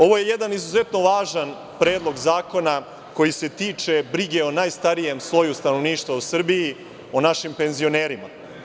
Ovo je jedan izuzetno važan predlog zakona koji se tiče brige o najstarijem sloju stanovništva u Srbiji, o našim penzionerima.